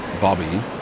Bobby